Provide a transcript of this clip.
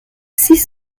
six